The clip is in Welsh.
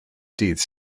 dydd